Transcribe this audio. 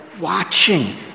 watching